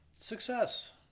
success